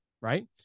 Right